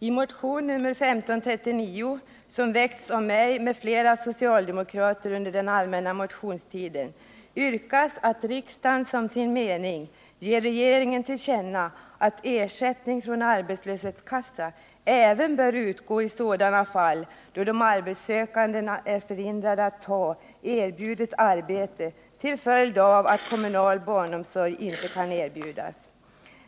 I motion nr 1539, som väckts av mig och andra socialdemokrater under den allmänna motionstiden, yrkas att riksdagen som sin mening ger regeringen till känna att ersättning från arbetslöshetskassa även bör utgå i sådana fall då de arbetssökande är förhindrade att ta erbjudet arbete till följd av att kommunal barnomsorg inte kan erbjudas.